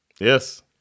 Yes